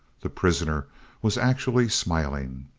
the prisoner was actually smiling.